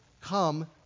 come